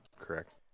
correct